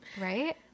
Right